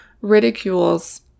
ridicules